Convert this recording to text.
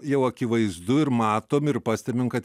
jau akivaizdu ir matom ir pastebim kad